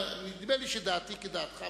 נדמה לי שבעניין זה דעתי כדעתך,